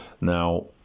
now